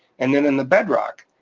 and then in the bedrock,